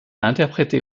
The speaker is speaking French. interprété